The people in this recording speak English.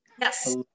Yes